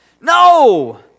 No